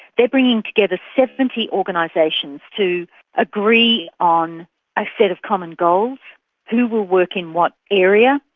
they're bringing together seventy organisations to agree on a set of common goals who will work in what area,